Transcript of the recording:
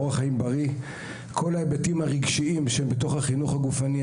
אורח חיים בריא וכל ההיבטים הרגשיים שבתוך החינוך הגופני,